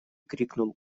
крикнул